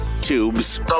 tubes